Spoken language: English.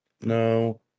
No